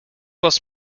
was